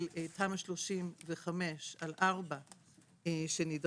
של תמ״א 35 על ארבע שנדרש.